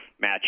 match